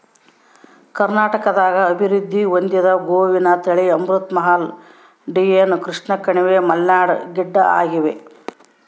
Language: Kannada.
ಕರ್ನಾಟಕದಾಗ ಅಭಿವೃದ್ಧಿ ಹೊಂದಿದ ಗೋವಿನ ತಳಿ ಅಮೃತ್ ಮಹಲ್ ಡಿಯೋನಿ ಕೃಷ್ಣಕಣಿವೆ ಮಲ್ನಾಡ್ ಗಿಡ್ಡಆಗ್ಯಾವ